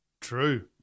True